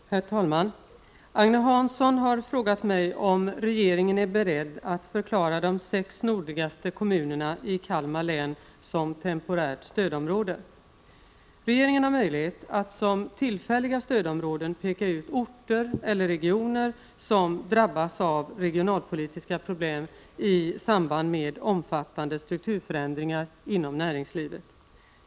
Herr talman! Agne Hansson har frågat mig om regeringen är beredd att förklara de sex nordligaste kommunerna i Kalmar län som temporärt stödområde. Regeringen har möjlighet att som tillfälliga stödområden peka ut orter eller regioner som drabbas av regionalpolitiska problem i samband med omfattande strukturförändringar inom näringslivet.